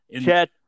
Chad